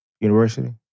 university